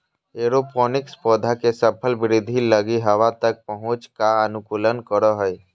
aeroponics पौधा के सफल वृद्धि लगी हवा तक पहुंच का अनुकूलन करो हइ